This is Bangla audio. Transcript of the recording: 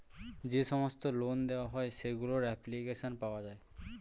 যে সমস্ত লোন দেওয়া হয় সেগুলোর অ্যাপ্লিকেশন পাওয়া যায়